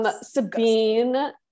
Sabine